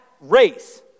race